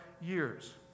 years